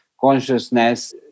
consciousness